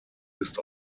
ist